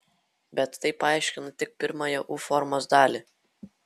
bet tai paaiškina tik pirmąją u formos dalį